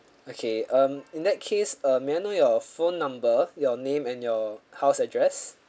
okay um in that case uh may I know your phone number your name and your house address